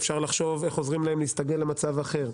אפשר לחשוב איך עוזרים להם להסתגל למצב אחר,